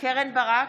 קרן ברק,